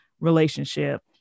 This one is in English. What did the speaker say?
relationship